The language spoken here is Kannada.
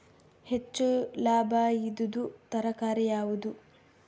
ಹೆಚ್ಚು ಲಾಭಾಯಿದುದು ತರಕಾರಿ ಯಾವಾದು?